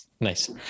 nice